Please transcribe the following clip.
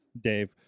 Dave